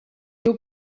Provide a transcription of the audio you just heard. new